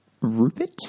Rupert